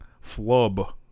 flub